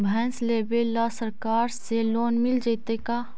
भैंस लेबे ल सरकार से लोन मिल जइतै का?